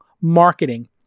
marketing